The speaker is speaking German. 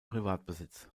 privatbesitz